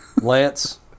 Lance